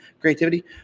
creativity